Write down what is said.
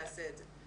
יעשה את זה.